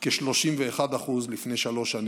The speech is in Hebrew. כ-31% לפני שלוש שנים.